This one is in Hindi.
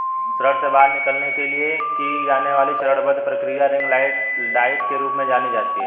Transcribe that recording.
ऋण से बाहर निकलने के लिए की जाने वाली चरणबद्ध प्रक्रिया रिंग डाइट के रूप में जानी जाती है